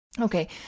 Okay